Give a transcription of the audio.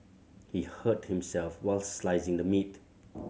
he hurt himself while slicing the meat